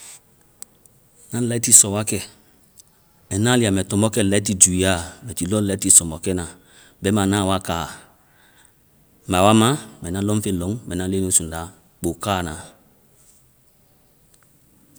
Ŋna lɛiti sɔ wakɛ. And ŋna lia mɛ tɔmbɔkɛ lɛiti juyɛ a. Mɛ ti lɔ lɛiti sɔ bɔ kɛna bɛma na wa kaa. Mɛ a wa ma mɛ lɔŋfeŋ lɔŋ. Mbɛ ŋna leŋnu suŋda kpokana.